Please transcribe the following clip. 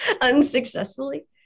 unsuccessfully